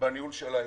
בניהול של האירוע.